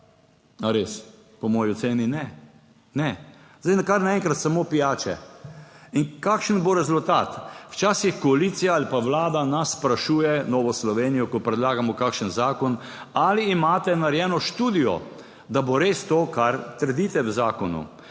res. Po moji oceni ne. Ne. Zdaj, kar naenkrat. Samo pijače in kakšen bo rezultat. Včasih koalicija ali pa Vlada nas sprašuje Novo Slovenijo, ko predlagamo kakšen zakon. Ali imate narejeno študijo, da bo res to kar trdite v zakonu.